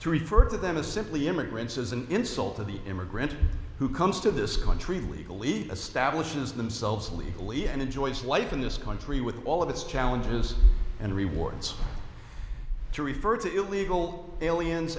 to refer to them as simply immigrants is an insult to the immigrant who comes to this country legally establishes themselves legally and enjoys life in this country with all of its challenges and rewards to refer to illegal aliens